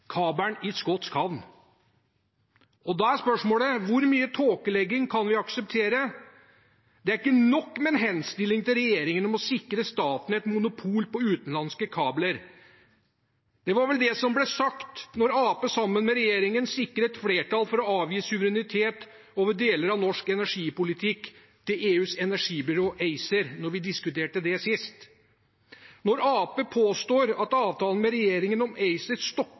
i skotsk havn. Da er spørsmålet: Hvor mye tåkelegging kan vi akseptere? Det er ikke nok med en henstilling til regjeringen om å sikre staten et monopol på utenlandske kabler. Det var vel det som ble sagt da Arbeiderpartiet sammen med regjeringen sikret flertall for å avgi suverenitet over deler av norsk energipolitikk til EUs energibyrå ACER da vi diskuterte det sist. Når Arbeiderpartiet påstår at avtalen med regjeringen om ACER